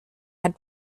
had